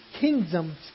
kingdom's